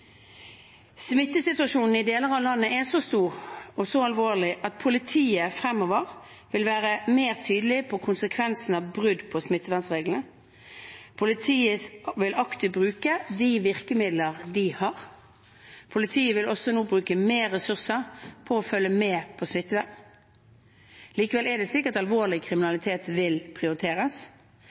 Smittesituasjonen i deler av landet er så alvorlig at politiet fremover vil være mer tydelig på konsekvensene av brudd på smittevernreglene. Politiet vil aktivt bruke de virkemidlene de har. Politiet vil nå også bruke mer ressurser på å følge med på smittevern. Likevel er det slik at alvorlig kriminalitet vil prioriteres.